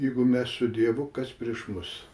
jeigu mes su dievu kas prieš mus